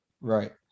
Right